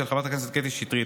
של חברת הכנסת קטי שטרית,